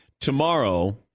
tomorrow